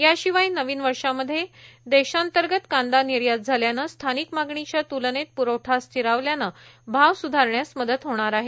याशिवाय नवीन वर्षामध्ये देशांतर्गतचा कांदा निर्यात झाल्याने स्थानिक मागणीच्या तुलनेत पूरवठा स्थिरावल्याने भाव सुधारण्यास मदत होणार आहे